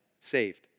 saved